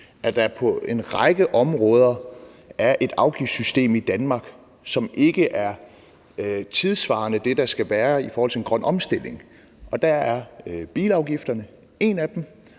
at der på en række områder er et afgiftssystem i Danmark, som ikke er tidssvarende, altså det, der skal være i forhold til en grøn omstilling. Der er bilafgifterne et af dem,